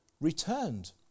returned